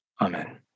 Amen